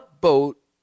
boat